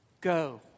go